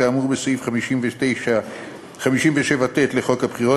כאמור בסעיף 57(ט) לחוק הבחירות,